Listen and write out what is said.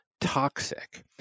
toxic